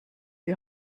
die